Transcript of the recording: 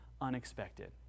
unexpected